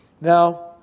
Now